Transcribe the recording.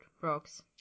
rocks